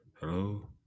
Hello